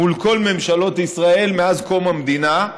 מול כל ממשלות ישראל מאז קום המדינה,